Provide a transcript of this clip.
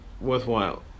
worthwhile